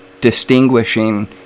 distinguishing